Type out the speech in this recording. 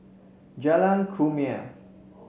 Jalan Kumia